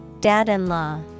dad-in-law